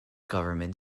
government